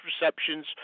receptions